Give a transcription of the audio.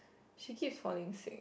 she keeps falling sick